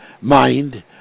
mind